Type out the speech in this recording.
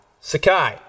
sakai